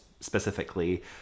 specifically